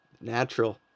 natural